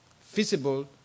feasible